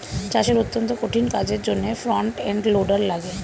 চাষের অত্যন্ত কঠিন কাজের জন্যে ফ্রন্ট এন্ড লোডার লাগে